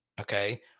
Okay